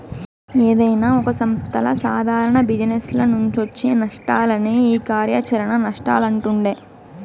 ఏదైనా ఒక సంస్థల సాదారణ జిజినెస్ల నుంచొచ్చే నష్టాలనే ఈ కార్యాచరణ నష్టాలంటుండె